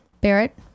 Barrett